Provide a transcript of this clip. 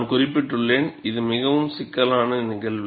நான் குறிப்பிட்டுள்ளேன் இது மிகவும் சிக்கலான நிகழ்வு